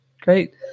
Great